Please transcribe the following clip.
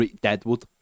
Deadwood